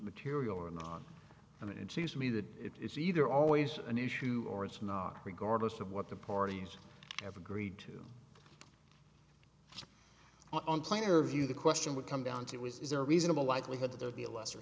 material or not and it seems to me that it is either always an issue or it's not regardless of what the parties have agreed to on planar view the question would come down to was is there a reasonable likelihood that there'd be a lesser